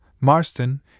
Marston